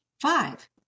five